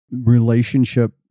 relationship